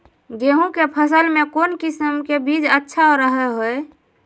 गेहूँ के फसल में कौन किसम के बीज अच्छा रहो हय?